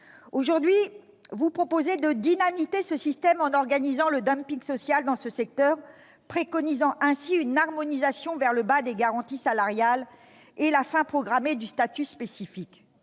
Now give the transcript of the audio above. Aujourd'hui, vous proposez de dynamiter ce système en organisant le dumping social dans ce secteur, préconisant ainsi une harmonisation vers le bas des garanties salariales et la fin programmée du statut spécifique.